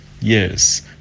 yes